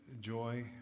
joy